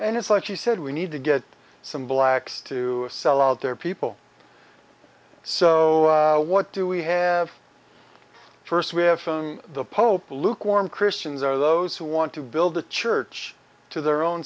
and it's like she said we need to get some blacks to sell out their people so what do we have first we have shown the pope lukewarm christians are those who want to build the church to their own